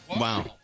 wow